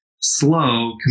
slow